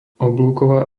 oblúková